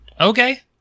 Okay